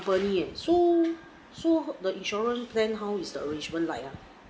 company leh so so the insurance plan how is the arrangement like ah